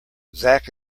zak